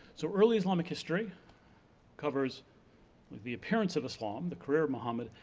so, early islamic history covers like the appearance of islam, the career of muhammed,